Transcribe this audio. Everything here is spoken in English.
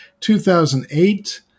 2008